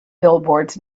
billboards